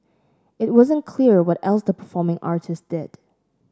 it wasn't clear what else the performing artists did